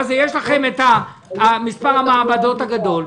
יש לכם את מספר המעבדות הגדול.